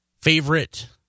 favorite